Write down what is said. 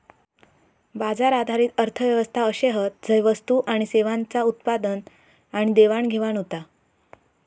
बाजार आधारित अर्थ व्यवस्था अशे हत झय वस्तू आणि सेवांचा उत्पादन आणि देवाणघेवाण होता